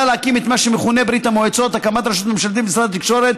להקים את מה שמכונה "ברית המועצות" רשות ממשלתית במשרד התקשורת